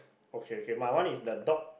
okay okay my one is the dog